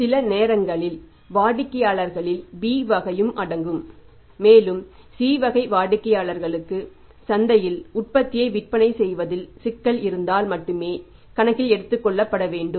சில நேரங்களில் வாடிக்கையாளர்களில் B வகையும் அடங்கும் மேலும் C வகை வாடிக்கையாளர்களுக்கு சந்தையில் உற்பத்தியை விற்பனை செய்வதில் சிக்கல் இருந்தால் மட்டுமே கணக்கில் எடுத்துக்கொள்ளப்பட வேண்டும்